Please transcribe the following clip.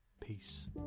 Peace